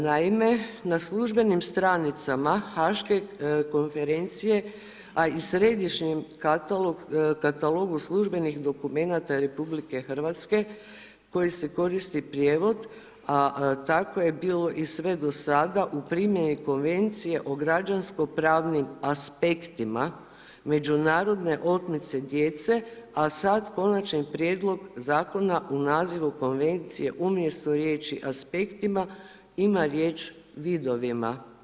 Naime, na službenim stranicama Haške konferencije a i Središnjim katalogu službenih dokumenata RH koji se koristi prijevod a tako je bilo i sve do sada u primjeni Konvencije o građanko-pravnim aspektima međunarodne otmice djece a sad konačni prijedlog Zakona u nazivu Konvencije umjesto riječi „aspektima“ ima riječ „vidovima“